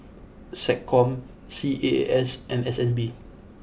Sec Com C A A S and S N B